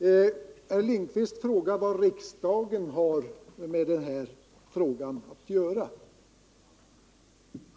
Herr Lindkvist frågade vad riksdagen har med den här frågan att göra.